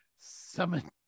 summon